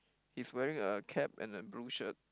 he's wearing a cap and a blue shirt